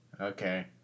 Okay